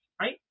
right